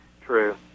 True